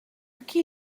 qui